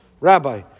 rabbi